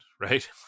right